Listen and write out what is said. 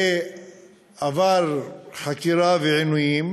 ועבר חקירה ועינויים,